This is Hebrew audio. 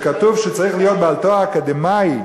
שכתוב שצריך להיות בעל תואר אקדמי,